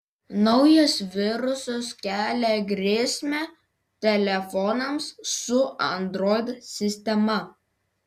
naujas virusas kelia grėsmę telefonams su android sistema